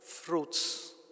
fruits